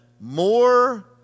more